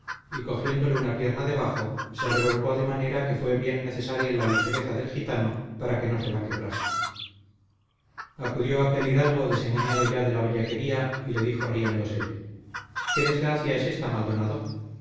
y cogiéndole una pierna debajo se revolcó de manera que fue bien necesaria la ligereza del gitano para que no se la quebrase acudió aquel hidalgo desengañado ya de la bellaquería y le dijo riéndose qué desgracia es esta maldonado